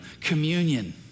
communion